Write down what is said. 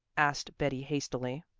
asked betty hastily.